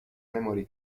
memory